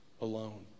alone